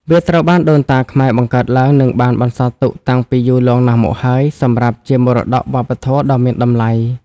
វាត្រូវបានដូនតាខ្មែរបង្កើតឡើង និងបានបន្សល់ទុកតាំងពីយូរលង់ណាស់មកហើយ សម្រាប់ជាមរតកវប្បធម៌ដ៏មានតម្លៃ។